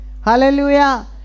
Hallelujah